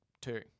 two